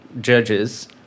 judges